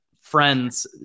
friends